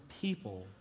people